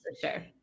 sure